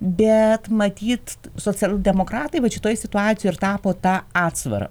bet matyt socialdemokratai vat šitoj situacijoj ir tapo ta atsvara